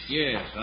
yes